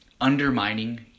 undermining